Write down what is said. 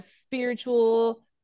spiritual